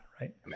right